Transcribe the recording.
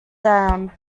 down